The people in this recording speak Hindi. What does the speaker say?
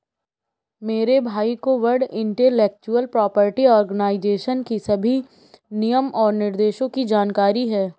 मेरे भाई को वर्ल्ड इंटेलेक्चुअल प्रॉपर्टी आर्गेनाईजेशन की सभी नियम और निर्देशों की जानकारी है